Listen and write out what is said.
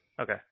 Okay